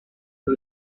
per